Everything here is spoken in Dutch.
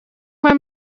mijn